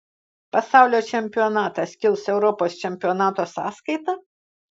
pasaulio čempionatas kils europos čempionato sąskaita